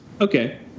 okay